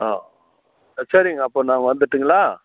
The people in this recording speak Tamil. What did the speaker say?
ஆ சரிங்க அப்போ நான் வந்துட்டுங்களா